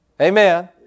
Amen